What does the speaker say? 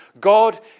God